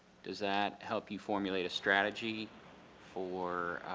does that help you formulate a strategy for